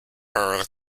whole